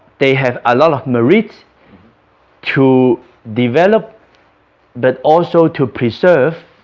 they have a lot of merits to develop but also to preserve